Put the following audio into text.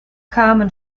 carmen